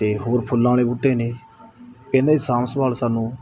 ਅਤੇ ਹੋਰ ਫੁੱਲਾਂ ਵਾਲੇ ਬੂਟੇ ਨੇ ਇਹਨਾਂ ਦੀ ਸਾਂਭ ਸੰਭਾਲ ਸਾਨੂੰ